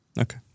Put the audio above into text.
okay